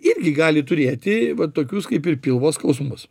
irgi gali turėti va tokius kaip ir pilvo skausmus